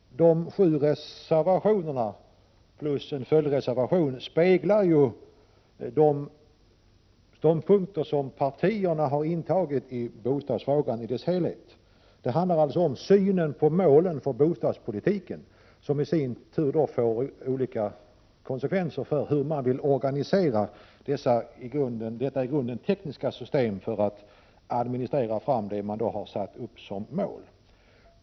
De sju reservationerna plus en följdreservation speglar de ståndpunkter som partierna har intagit i bostadsfrågan i dess helhet. Det handlar alltså om synen på målen för bostadspolitiken. Denna syn får konsekvenser för hur man organiserar det i grunden tekniska system som krävs för att man skall kunna administrera fram det man har satt upp som mål.